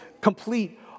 complete